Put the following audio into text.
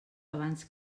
abans